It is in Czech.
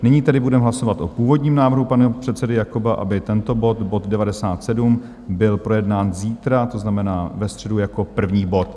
Nyní tedy budeme hlasovat o původním návrhu pana předsedy Jakoba, aby tento bod, bod 97, byl projednán zítra, to znamená ve středu, jako první bod.